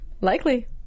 Likely